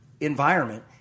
environment